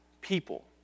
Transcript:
people